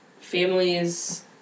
families